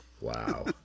Wow